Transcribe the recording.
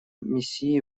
миссии